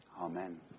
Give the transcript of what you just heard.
amen